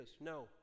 No